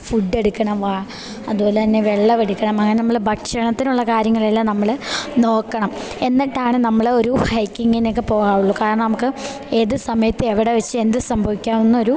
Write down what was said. food എടുക്കണം വാ അതുപോലെ തന്നെ വെള്ളം എടുക്കണം അങ്ങനെ നമ്മൾ ഭക്ഷണത്തിനുള്ള കാര്യങ്ങളെല്ലാം നമ്മൾ നോക്കണം എന്നിട്ടാണ് നമ്മൾ ഒരു ഹൈക്കിങ്ങിനൊക്കെ പോകാവുള്ളൂ കാരണം നമുക്ക് ഏത് സമയത്ത് എവിടെ വെച്ച് എന്ത് സംഭവിക്കാം എന്നൊരു